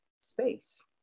space